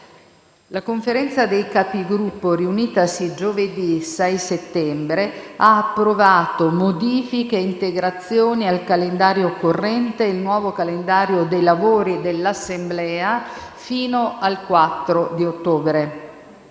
La Conferenza dei Capigruppo, riunitasi giovedì 6 settembre, ha approvato modifiche e integrazioni al calendario corrente e il nuovo calendario dei lavori dell'Assemblea fino al 4 ottobre.